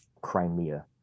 Crimea